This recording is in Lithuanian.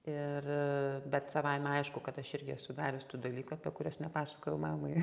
ir bet savaime aišku kad aš irgi esu darius tų dalykų apie kuriuos nepasakojau mamai